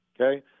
okay